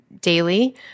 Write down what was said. daily